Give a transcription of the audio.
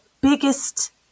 biggest